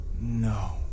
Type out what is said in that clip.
No